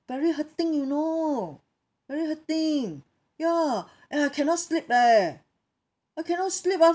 very hurting you know very hurting ya and I cannot sleep leh I cannot sleep